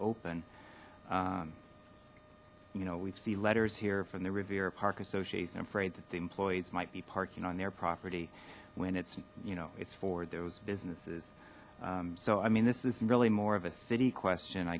open you know we've seen letters here from the riviera park association afraid that the employees might be parking on their property when it's you know it's for those businesses so i mean this is really more of a city question i